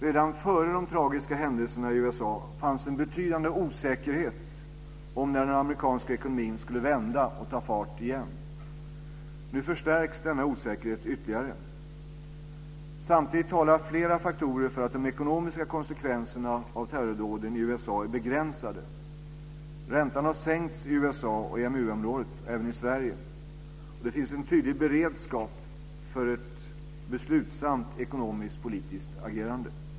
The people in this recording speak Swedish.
Redan före de tragiska händelserna i USA fanns en betydande osäkerhet om när den amerikanska ekonomin skulle vända och ta fart igen. Nu förstärks denna osäkerhet ytterligare. Samtidigt talar flera faktorer för att de ekonomiska konsekvenserna av terrordåden i USA är begränsade. Räntan har sänkts i USA och EMU-området, och även i Sverige. Det finns en tydlig beredskap för ett beslutsamt ekonomiskt politiskt agerande.